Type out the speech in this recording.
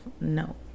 no